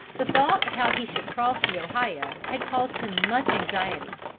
the thought of how he should cross the ohio had caused him much anxiety.